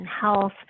health